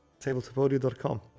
tabletopaudio.com